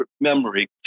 memory